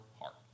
heart